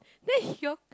then your